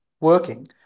working